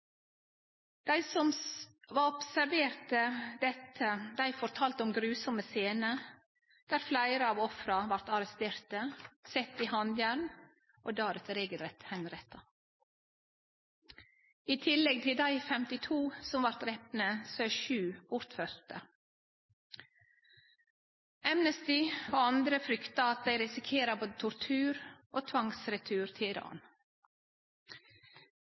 Dei som observerte dette, fortalde om forferdelege scenar: Fleire av ofra vart arresterte, sett på handjern og deretter regelrett avretta. I tillegg til dei 52 som vart drepne, er 7 bortførte. Amnesty og andre fryktar at dei risikerer både tortur og tvangsretur til Iran.